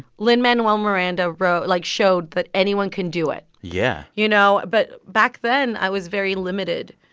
lin-manuel miranda wrote like, showed that anyone can do it. yeah. you know? but back then, i was very limited.